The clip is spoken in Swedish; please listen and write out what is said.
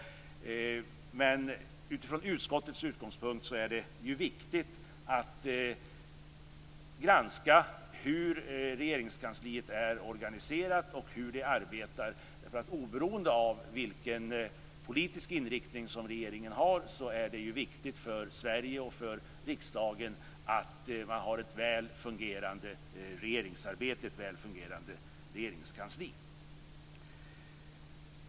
Men utifrån utskottets utgångspunkt är det viktigt att granska hur Regeringskansliet är organiserat och hur det arbetar. Oberoende av vilken politisk inriktning regeringen har är det viktigt för Sverige och riksdagen att man har ett väl fungerande regeringsarbete och ett väl fungerande regeringskansli.